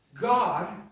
God